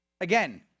Again